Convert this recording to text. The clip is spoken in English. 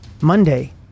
Monday